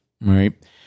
right